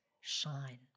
shine